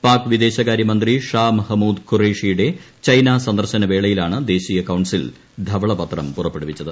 പാക് വിദേശകാര്യമന്ത്രി ഷാ മെഹ്മ്മൂദ് ഖുറേഷിയുടെ ചൈനാ സന്ദർശന വേളയിലാണ് ദേശീയ കൌൺസിൽ ധവളപത്രം പുറപ്പെടുവിച്ചത്